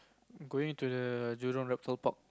going into the Jurong-Reptile-Park